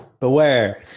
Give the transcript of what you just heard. beware